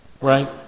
right